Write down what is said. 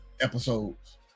episodes